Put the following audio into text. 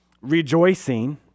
rejoicing